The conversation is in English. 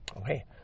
Okay